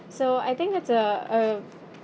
so I think that's a uh